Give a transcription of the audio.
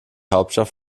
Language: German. hauptstadt